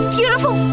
beautiful